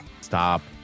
stop